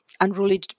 unruly